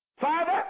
father